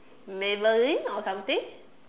Maybelline or something